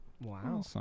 Wow